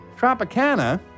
Tropicana